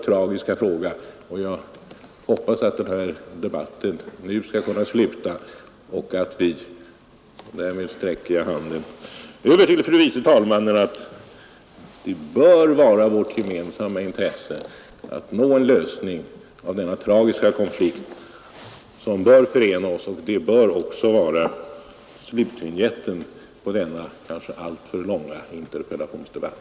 Jag hoppas att den här debatten nu skall kunna sluta och att det — därmed sträcker jag ut handen till fru vice talmannen — bör vara vårt gemensamma intresse att nå en lösning av denna stora och tragiska konflikt. Det bör också vara slutvinjetten på denna kanske alltför långa interpellationsdebatt.